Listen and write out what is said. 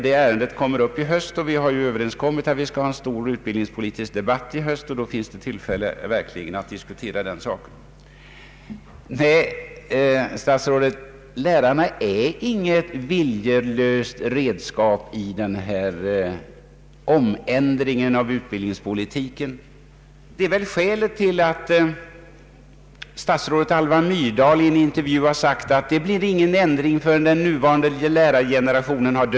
Det ärendet kommer upp i höst, och vi har blivit överens om att ha en stor utbildningspolitisk debatt då, där det blir tillfälle att diskutera saken. Nej, herr statsrådet, lärarna är inget viljelöst redskap i denna omändring av utbildningspolitiken. Det är väl skälet till att statsrådet Alva Myrdal i en intervju har sagt, att det inte blir någon ändring förrän den nuvarande lärargenerationen dött ut.